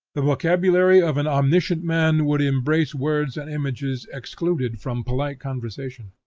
the vocabulary of an omniscient man would embrace words and images excluded from polite conversation.